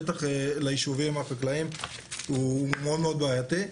בטח ליישובים החקלאיים הוא מאוד מאוד בעייתי,